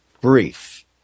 brief